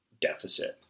deficit